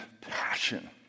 passion